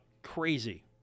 Crazy